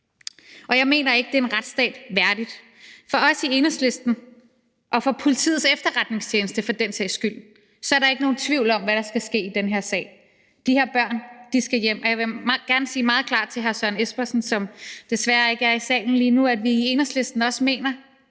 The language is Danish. Jeg mener ikke, det er en retsstat værdigt. For os i Enhedslisten og for Politiets Efterretningstjeneste, for den sags skyld, er der ikke nogen tvivl om, hvad der skal ske i den her sag: De her børn skal hjem. Og jeg vil gerne sige meget klart til hr. Søren Espersen, som desværre ikke er i salen lige nu, at vi i Enhedslisten også mener,